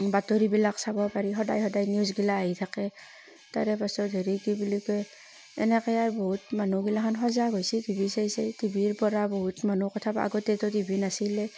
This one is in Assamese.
বাতৰিবিলাক চাব পাৰি সদায় সদায় নিউজবিলাক আহি থাকে তাৰেপাছত হেৰি কি বুলি কয় এনেকেহে বহুত মানুহ গিলাখান সজাগ হৈছে টিভি চাই চাই টিভিৰ পৰা বহুত মানুহ কথা বা আগতেতো টিভি নাছিলে